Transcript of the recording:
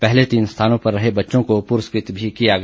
पहले तीन स्थानों पर रहे बच्चों को पुरस्कृत भी किया गया